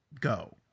go